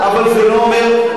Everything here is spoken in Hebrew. אבל זה לא אומר,